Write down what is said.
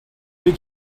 did